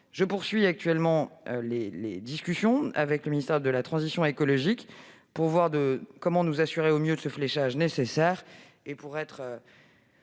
Je poursuis actuellement les discussions avec le ministère de la transition écologique pour définir comment nous assurer au mieux du fléchage nécessaire. S'il faut